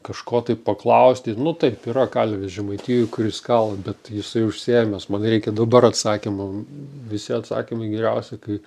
kažko tai paklausti nu taip yra kalvis žemaitijoj kuris kala bet jisai užsiėmęs man reikia dabar atsakymo visi atsakymai geriausi kai